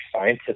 scientists